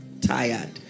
tired